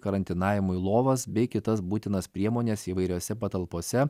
karantinavimui lovas bei kitas būtinas priemones įvairiose patalpose